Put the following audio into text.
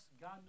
God